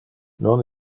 non